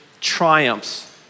triumphs